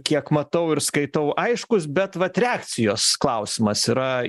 kiek matau ir skaitau aiškūs bet vat reakcijos klausimas yra